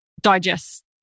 digest